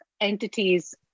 entities